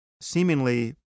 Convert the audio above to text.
seemingly